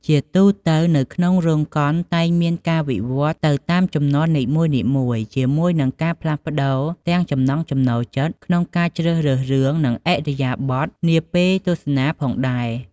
ជាទូរទៅនៅក្នុងរោងកុនតែងមានការវិវត្តន៍ទៅតាមជំនាន់នីមួយៗ ជាមួយនឹងការផ្លាស់ប្ដូរទាំងចំណង់ចំណូលចិត្តក្នុងការជ្រើសរើសរឿង និងឥរិយាបថនាពេលទស្សនាផងដែរ ។